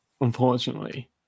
Unfortunately